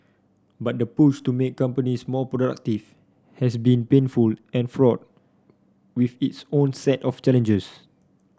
but the push to make companies more productive has been painful and fraught with its own set of challenges